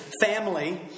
family